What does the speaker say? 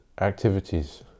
activities